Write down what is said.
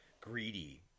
greedy